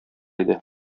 иде